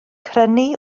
crynu